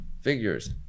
Figures